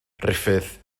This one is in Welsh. ruffydd